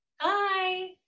Bye